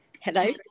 hello